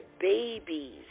babies